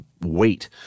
weight